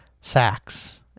sacks